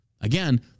Again